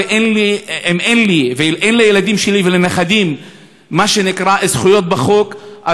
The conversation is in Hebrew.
ואם אין לי ואין לילדים שלי ולנכדים מה שנקרא זכויות בחוק,